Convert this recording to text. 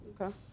Okay